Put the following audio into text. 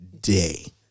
day